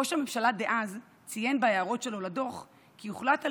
ראש הממשלה דאז ציין בהערות שלו לדוח כי הוחלט על